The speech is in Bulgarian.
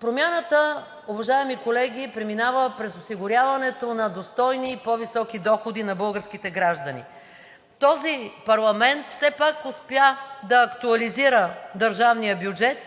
промяната, уважаеми колеги, преминава през осигуряването на достойни и по-високи доходи на българските граждани. Този парламент все пак успя да актуализира държавния бюджет